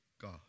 God